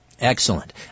Excellent